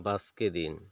ᱵᱟᱥᱠᱮ ᱫᱤᱱ